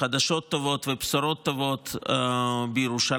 חדשות טובות ובשורות טובות בירושלים.